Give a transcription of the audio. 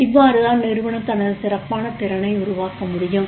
இவ்வாறுதான் நிறுவனம் தனது சிறப்பான திறனை உருவாக்க முடியும்